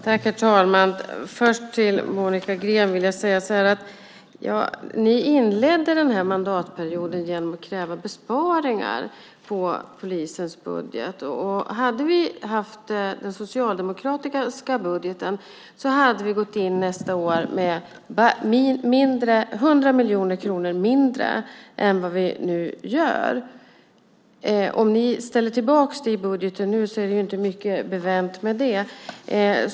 Herr talman! Jag vill först säga följande till Monica Green. Ni inledde denna mandatperiod genom att kräva besparingar på polisens budget. Hade vi haft den socialdemokratiska budgeten hade vi nästa år gått in med 100 miljoner kronor mindre än vad vi nu gör. Om ni ställer tillbaka detta i budgeten nu är det inte mycket bevänt med det.